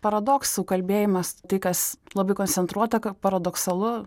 paradoksų kalbėjimas tai kas labai koncentruota kad paradoksalu